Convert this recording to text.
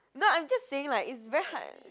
no I'm just saying like it's very hard